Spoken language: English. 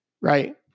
Right